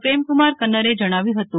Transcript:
પ્રેમકુમાર કન્નરે જણાવ્યૂ હતું